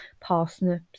parsnips